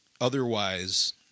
otherwise